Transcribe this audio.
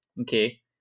Okay